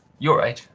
your age.